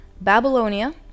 Babylonia